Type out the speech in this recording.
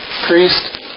priest